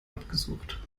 abgesucht